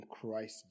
Christ